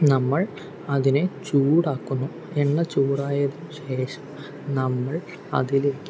നമ്മൾ അതിനെ ചൂടാക്കുന്നു എണ്ണ ചൂടായതിനു ശേഷം നമ്മൾ അതിലേയ്ക്ക്